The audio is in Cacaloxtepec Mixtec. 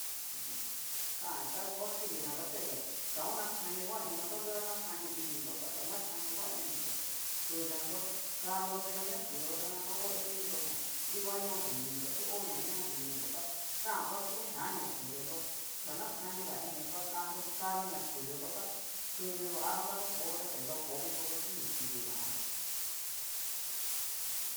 Jan ta ngua kidina ta kain ña oxa ho nakani ngua inion, to nunguan nakani ininro taxa nakani ngua ininró, kudunro kanro minro na kudunro, ta nanrodoininro ña nonguan ño dininro chi o ña ñoó dininro ta xajan va oyean, ña kudunro xa ña kanigaininro ta kannro kannro ña kudunro tá kudu vanro ta nrokonro vikonro chí ni kidivanró.